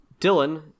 Dylan